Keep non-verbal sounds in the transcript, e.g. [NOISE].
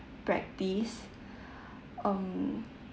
practice [BREATH] um